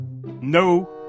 No